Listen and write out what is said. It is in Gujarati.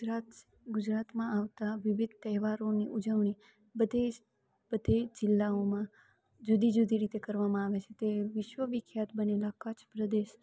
ગુજરાત ગુજરાતમાં આવતા વિવિધ તહેવારોની ઉજવણી બધી જ બધી જિલ્લાઓમાં જુદી જુદી રીતે કરવામાં આવે છે તે વિશ્વવિખ્યાત બનેલા કચ્છ પ્રદેશ